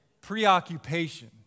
preoccupation